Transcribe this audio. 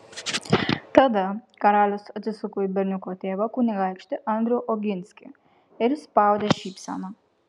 tada karalius atsisuko į berniuko tėvą kunigaikštį andrių oginskį ir išspaudė šypseną